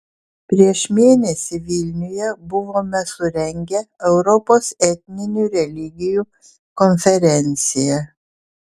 prieš mėnesį vilniuje buvome surengę europos etninių religijų konferenciją